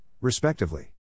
respectively